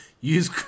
use